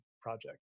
project